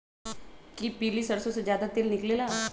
कि पीली सरसों से ज्यादा तेल निकले ला?